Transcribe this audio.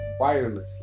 wirelessly